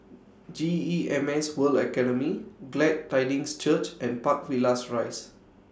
G E M S World Academy Glad Tidings Church and Park Villas Rise